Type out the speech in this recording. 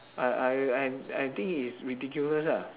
I I I I think is ridiculous ah